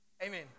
Amen